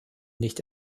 nicht